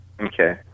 Okay